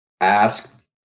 asked